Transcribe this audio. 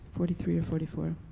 forty three or forty four.